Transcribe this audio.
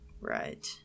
Right